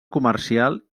comercial